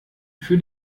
für